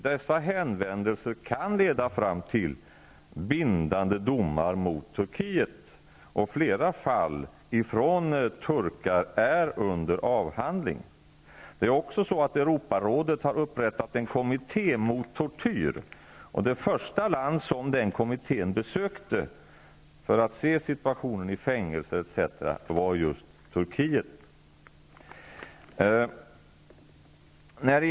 Dessa hänvändelser kan leda fram till bindande domar mot Turkiet. Flera fall som anmälts av turkar är under behandling. Europarådet har upprättat en kommitté mot tortyr. Det första land kommittén besökte för att bl.a. studera situationen i fängelserna var Turkiet.